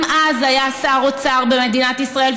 גם אז היה שר אוצר במדינת ישראל,